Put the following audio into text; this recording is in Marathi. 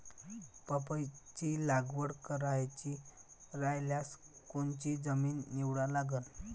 पपईची लागवड करायची रायल्यास कोनची जमीन निवडा लागन?